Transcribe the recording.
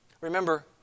Remember